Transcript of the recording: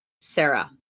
Sarah